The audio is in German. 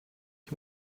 ich